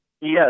Yes